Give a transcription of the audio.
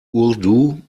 urdu